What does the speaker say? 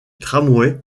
tramways